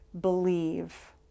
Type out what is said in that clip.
Believe